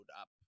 up